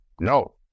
no